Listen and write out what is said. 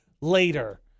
later